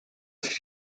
sich